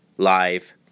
live